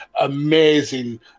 amazing